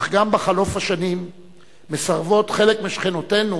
אך גם בחלוף השנים מסרבות חלק משכנותינו